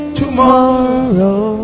tomorrow